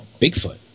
Bigfoot